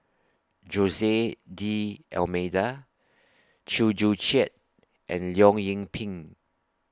Jose D Almeida Chew Joo Chiat and Leong Yoon Pin